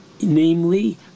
namely